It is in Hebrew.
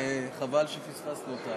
הצעת ועדת הכנסת לבחור את חברת הכנסת